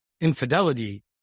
infidelity